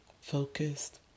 focused